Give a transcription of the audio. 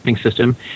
system